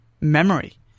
memory